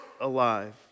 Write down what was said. alive